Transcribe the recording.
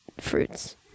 fruits